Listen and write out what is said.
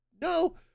no